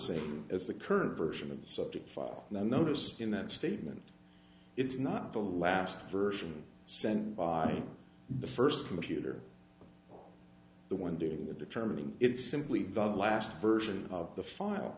same as the current version of the subject file and i notice in that statement it's not the last version sent by the first computer the one doing the determining it's simply valid last version of the file